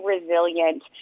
resilient